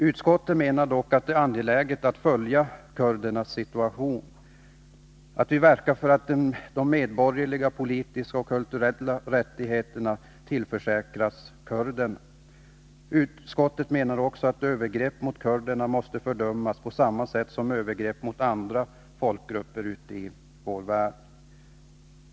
Utskottet menar att det är angeläget att följa kurdernas situation och verka för att medborgerliga, politiska och kulturella rättigheter tillförsäkras kurderna. Utskottet menar också att övergrepp mot kurderna måste fördömas på samma sätt som övergrepp mot andra folkgrupper ute i vår värld.